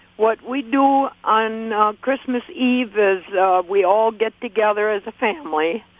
what we do on christmas eve is we all get together as a family